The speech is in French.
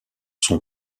son